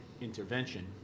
intervention